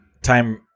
time –